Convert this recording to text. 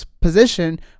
position